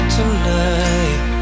tonight